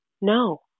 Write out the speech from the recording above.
No